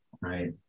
right